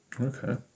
Okay